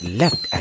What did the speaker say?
left